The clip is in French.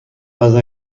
pas